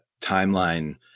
timeline